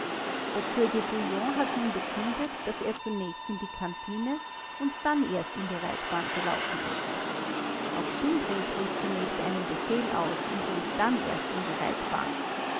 der zeuge bouillon hat nun bekundet daß er zunächst in die kantine und dann erst in die reitbahn gelaufen ist auch stumbries rief zunächst einen befehl aus und lief erst dann in die reitbahn